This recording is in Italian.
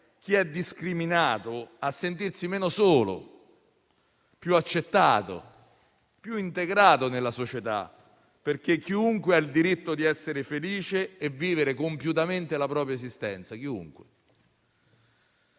chi è discriminato a sentirsi meno solo, più accettato e più integrato nella società, perché chiunque ha il diritto di essere felice e di vivere compiutamente la propria esistenza.